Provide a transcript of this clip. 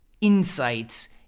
insights